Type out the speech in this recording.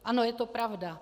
Ano, je to pravda.